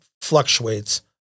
fluctuates